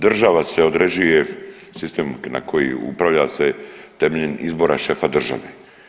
Država se određuje, sistem na koji upravlja se temeljem izbora šefa države.